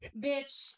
bitch